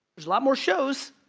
lot more shows